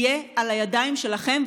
יהיה על הידיים שלכם,